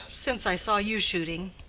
since i saw you shooting.